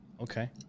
Okay